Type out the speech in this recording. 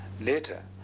later